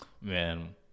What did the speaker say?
man